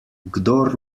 kdor